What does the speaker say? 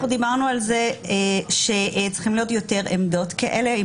דיברנו על זה שצריכות להיות יותר עמדות כאלה עם